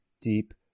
deep